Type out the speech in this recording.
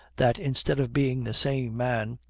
that, instead of being the same man,